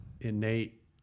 innate